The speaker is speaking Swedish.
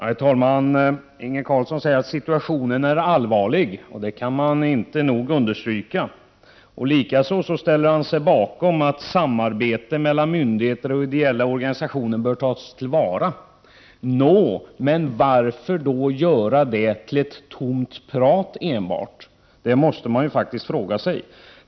Herr talman! Inge Carlsson säger att situationen är allvarlig, och det kan inte nog understrykas. Likaså ställer han sig bakom uppfattningen att samarbetet mellan myndigheter och ideella organisationer bör tas till vara. Nå, men varför då göra det till enbart tomt prat? Det måste man fråga sig.